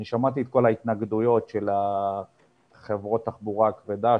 אני שמעתי את כל ההתנגדויות של חברות התחבורה הכבדה,